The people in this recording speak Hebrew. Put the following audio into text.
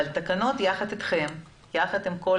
אבל תקנות יחד איתכם, יחד עם כל